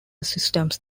systems